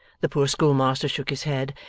the poor schoolmaster shook his head,